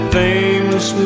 famous